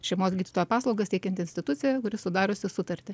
šeimos gydytojo paslaugas teikianti institucija kuri sudariusi sutartį